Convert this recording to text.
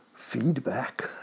feedback